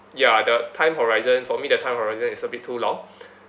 ya the time horizon for me the time horizon is a bit too long